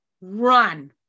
Run